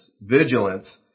vigilance